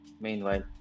Meanwhile